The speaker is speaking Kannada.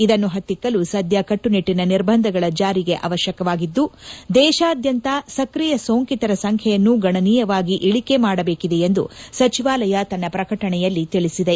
ಇದನ್ನು ಹತ್ತಿಕ್ಕಲು ಸದ್ಯ ಕಟ್ನುನಿಟ್ಟಿನ ನಿರ್ಬಂಧಗಳ ಜಾರಿಗೆ ಅವಕಾಶವಿದ್ದು ದೇಶಾದ್ಯಂತ ಸಕ್ರಿಯ ಸೋಂಕಿತರ ಸಂಖ್ಯೆಯನ್ನು ಗಣನೀಯವಾಗಿ ಇಳಿಕೆ ಮಾಡಬೇಕಿದೆ ಎಂದು ಸಚಿವಾಲಯ ತನ್ನ ಪ್ರಕಟಣೆಯಲ್ಲಿ ತಿಳಿಸಿದೆ